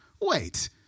wait